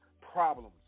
problems